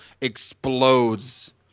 explodes